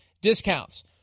discounts